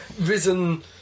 risen